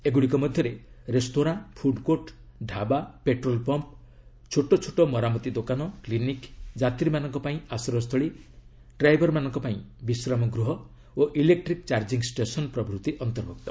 ଏଗୁଡ଼ିକ ମଧ୍ୟରେ restaurant food court dhaba petrol pump ଛୋଟ ଛୋଟ ମରାମତି ଦୋକାନ କ୍ଲିନିକ୍ ଯାତ୍ରୀମାନଙ୍କ ପାଇଁ ଆଶ୍ରୟସ୍ଥଳୀ ଡ୍ରାଇଭର୍ମାନଙ୍କ ପାଇଁ ବିଶ୍ରାମ ଗୃହ ଓ ଇଲେକ୍ଟ୍ରିକ୍ ଚାର୍ଜିଙ୍ଗ୍ ଷ୍ଟେସନ୍ ପ୍ରଭୃତି ଅନ୍ତର୍ଭୁକ୍ତ